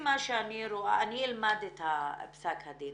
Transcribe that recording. אני אלמד את פסק הדין.